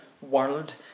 world